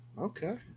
Okay